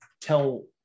tell